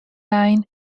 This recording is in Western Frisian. lein